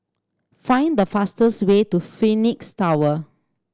find the fastest way to Phoenix Tower